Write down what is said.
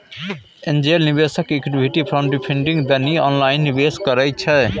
angel निवेशक equity crowdfunding दनी online निवेशो करइ छइ